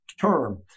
term